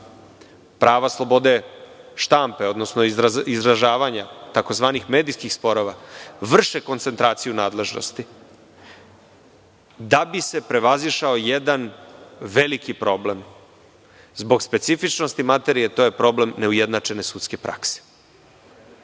prava slobode štampe, odnosno izdržavanja, tzv. medijskih sporova, vrši koncentraciju nadležnosti da bi se prevazišao jedan veliki problem. Zbog specifičnosti materije, to je problem neujednačene sudske prakse. Vi